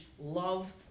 love